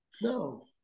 No